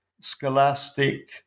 scholastic